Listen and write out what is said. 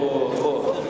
בוא,